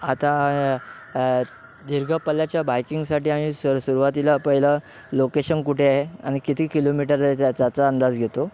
आता दीर्घ पल्ल्याच्या बाईकिंगसाठी आम्ही सर सुरुवातीला पहिलं लोकेशन कुठे आहे आणि किती किलोमीटर आहे त्याचा अंदाज घेतो